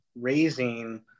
raising